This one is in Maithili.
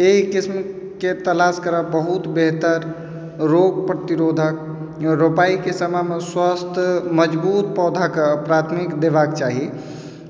एहि किस्मके तलाश करब बहुत बेहतर रोग प्रतिरोधक रोपाइके समयमे स्वस्थ मजबूत पौधाके प्राथमिक देबाक चाही